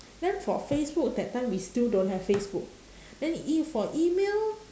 then for facebook that time we still don't have facebook then e~ for email